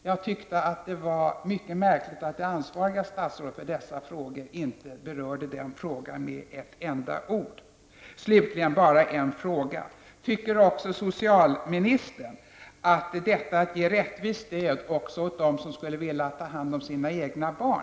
Jag tyckte att det var mycket märkligt att det statsråd som har ansvaret för dessa frågor inte berörde den frågan med ett enda ord. Slutligen vill jag ställa en fråga. Tycker också socialministern att det är fråga om kommersialism att man ger ett rättvist stöd även till dem som skulle vilja ta hand om sina egna barn?